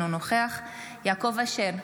אינו נוכח יעקב אשר,